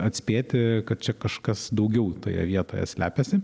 atspėti kad čia kažkas daugiau toje vietoje slepiasi